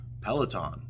Peloton